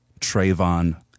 Trayvon